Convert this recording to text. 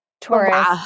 Taurus